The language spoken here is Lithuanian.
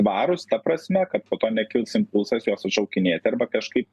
tvarūs ta prasme kad po to nekils impulsas juos atšaukinėti arba kažkaip